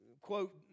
Quote